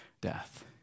death